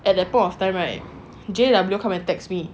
at that point of time right J_W come and text me